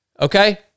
okay